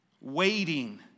waiting